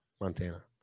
Montana